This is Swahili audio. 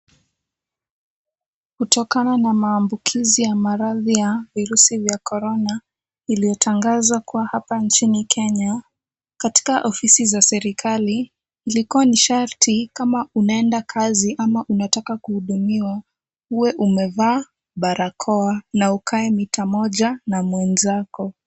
Kutokana na maambukizi ya maradhi ya virusi vya korona, iliyotangazwa kuwa hapa nchini Kenya, katika ofisi za serikali, ilikuwa ni sharti kama unaenda kazi ama unataka kuhudumiwa, uwe umevaa barakoa na ukae mita moja na mwenzako.